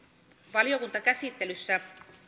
valiokuntakäsittelyssä